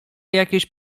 jakieś